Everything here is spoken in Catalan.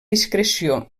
discreció